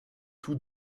tous